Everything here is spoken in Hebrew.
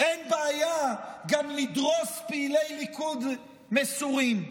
אין בעיה גם לדרוס פעילי ליכוד מסורים,